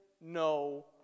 no